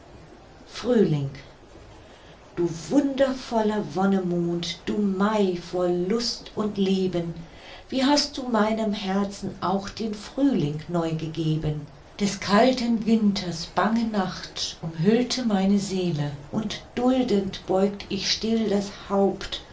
frühling du wundervoller wonnemond du mai voll lust und leben wie hast du meinem herzen auch den frühling neu gegeben des kalten winters bange nacht umhüllte meine seele und duldend beugt ich still das haupt